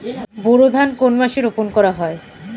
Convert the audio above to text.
বোরো ধান কোন মাসে রোপণ করা হয়?